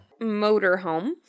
motorhome